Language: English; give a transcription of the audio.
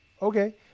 Okay